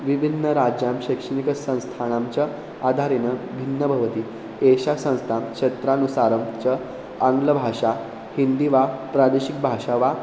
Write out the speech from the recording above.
विभिन्नराज्यं शैक्षणिकसंस्थानां च आधारेण भिन्नं भवति एषा संस्था क्षेत्रानुसारं च आङ्ग्लभाषा हिन्दी वा प्रादेशिकभाषा वा